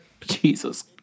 jesus